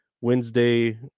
Wednesday